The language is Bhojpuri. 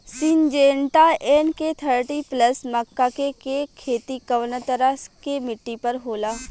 सिंजेंटा एन.के थर्टी प्लस मक्का के के खेती कवना तरह के मिट्टी पर होला?